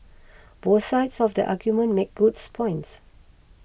both sides of the argument make goods points